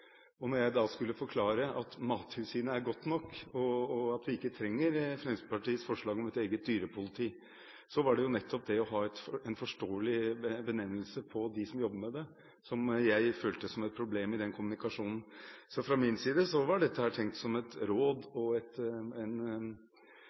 og man ville ha et dyrepoliti istedenfor Mattilsynet. Da jeg skulle forklare at Mattilsynet var godt nok, og at vi ikke trengte Fremskrittspartiets forslag om et eget dyrepoliti, var det nettopp det å ha en forståelig benevnelse på dem som jobber med dette, som jeg følte som et problem i den kommunikasjonen. Fra min side var dette tenkt som et råd